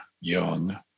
young